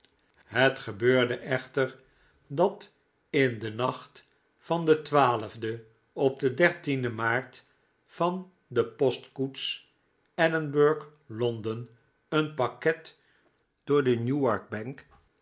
het gebeurde echter dat in den nacht van den twaalfden op den dertienden maart van de postkoets edinburgh londen een pakket door de newark bank